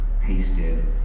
pasted